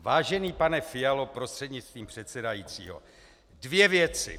Vážený pane Fialo prostřednictvím předsedajícího, dvě věci.